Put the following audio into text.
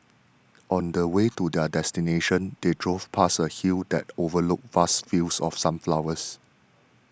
on the way to their destination they drove past a hill that overlooked vast fields of sunflowers